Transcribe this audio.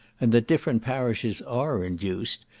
and that different parishes are induced,